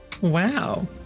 Wow